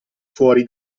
fuori